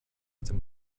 dem